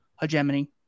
hegemony